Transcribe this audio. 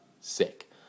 sick